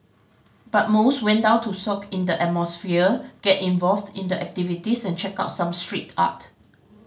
but most went down to soak in the atmosphere get involved in the activities and check out some street art